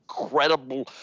incredible